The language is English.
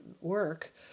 work